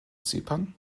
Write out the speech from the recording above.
zypern